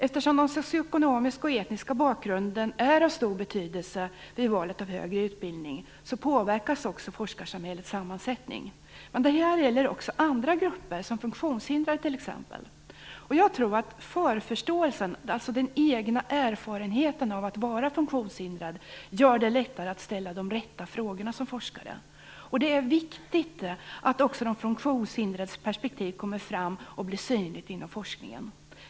Eftersom den ekonomiska och etniska bakgrunden är av stor betydelse vid valet av högre utbildning påverkas också forskarsamhällets sammansättning. Det här gäller också andra grupper som t.ex. funktionshindrade. Jag tror att förförståelsen, den egna erfarenheten av att vara funktionshindrad, gör det lättare att ställa de rätta frågorna som forskare. Det är viktigt att också de funktionshindrades perspektiv kommer fram och blir synligt inom forskningen.